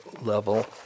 level